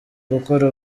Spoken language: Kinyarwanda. gukora